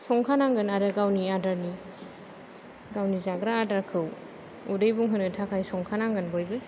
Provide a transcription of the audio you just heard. संखानांगोन आरो गावनि आदारनि गावनि जाग्रा आदारखौ उदै बुंहोनो थाखाय संखानांगोन बयबो